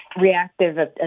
Reactive